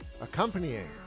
Accompanying